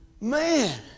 Man